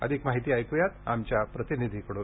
अधिक माहिती ऐकूया आमच्या प्रतिनिधीकडून